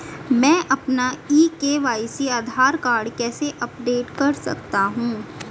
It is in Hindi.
मैं अपना ई के.वाई.सी आधार कार्ड कैसे अपडेट कर सकता हूँ?